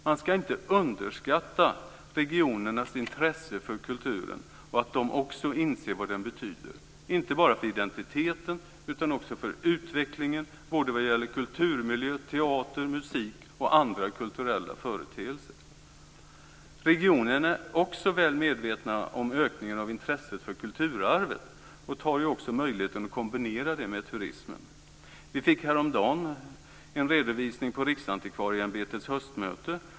Man ska inte underskatta regionernas intresse för och insikt om kulturens betydelse, inte bara för identiteten men också för utvecklingen vad gäller kulturmiljö, teater, musik och andra kulturella företeelser. Regionerna är också väl medvetna om ökningen av intresset för kulturarvet, och de tar också möjligheten att kombinera det med turismen. Vi fick häromdagen en redovisning på Riksantikvarieämbetets höstmöte.